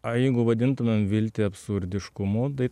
a jeigu vadintumėm viltį absurdiškumu tai